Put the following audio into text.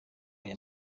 aya